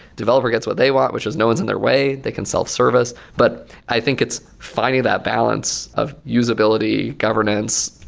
developer gets what they want, which is no one is in their way. they can self-service. but i think it's finding that balance of usability, governance,